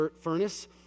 furnace